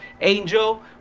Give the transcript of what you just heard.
Angel